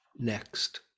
next